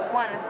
one